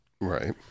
Right